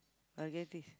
I'll get this